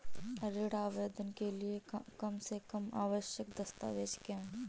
ऋण आवेदन के लिए कम से कम आवश्यक दस्तावेज़ क्या हैं?